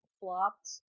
flopped